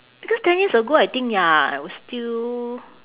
because ten years ago I think ya I was still